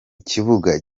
kibuga